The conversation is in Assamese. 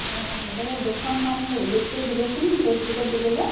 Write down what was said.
অঁ মোৰ তাতে দুখনমান সেই এডিট কৰি দিবচোন ফেচবুকত দিবলে